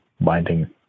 binding